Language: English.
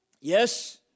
Yes